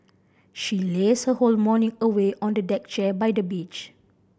she laze her whole morning away on the deck chair by the beach